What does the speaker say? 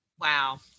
Wow